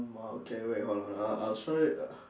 um okay wait hold on ah I'll show it uh